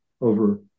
over